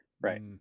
Right